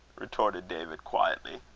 retorted david, quietly.